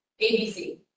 ABC